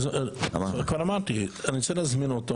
כבר אמרתי: אני רוצה להזמין אותו,